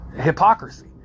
hypocrisy